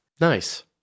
Nice